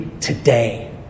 today